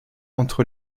entre